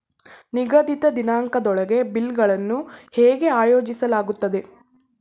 ನಿಗದಿತ ದಿನಾಂಕದೊಳಗೆ ಬಿಲ್ ಗಳನ್ನು ಹೇಗೆ ಆಯೋಜಿಸಲಾಗುತ್ತದೆ?